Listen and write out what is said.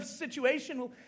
situation